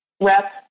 rep